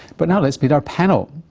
but now let's meet our panel.